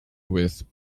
with